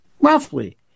roughly